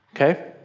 okay